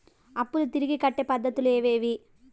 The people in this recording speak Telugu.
అప్పులు తిరిగి కట్టే పద్ధతులు ఏవేవి